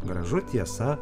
gražu tiesa